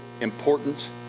important